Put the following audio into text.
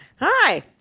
Hi